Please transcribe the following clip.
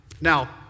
Now